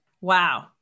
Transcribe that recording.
Wow